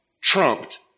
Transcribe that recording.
trumped